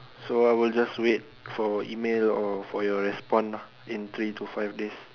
so I will just wait for email or for your respond lah in three to five days